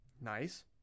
Nice